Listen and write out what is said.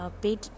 paid